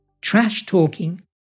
Trash-talking